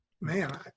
man